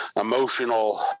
emotional